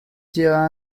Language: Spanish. llevada